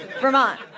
Vermont